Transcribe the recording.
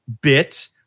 bit